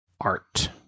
art